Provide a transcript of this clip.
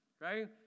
right